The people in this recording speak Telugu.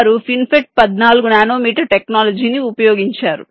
వారు ఫిన్ఫెట్ 14 నానోమీటర్ టెక్నాలజీని ఉపయోగించారు